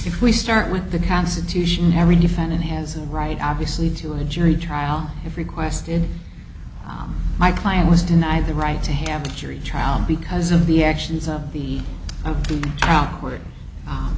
if we start with the constitution every defendant has a right obviously to a jury trial if requested my client was denied the right to have jury trial because of the actions of the o